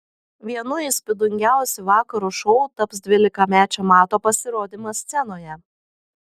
vienu įspūdingiausių vakaro šou taps dvylikamečio mato pasirodymas scenoje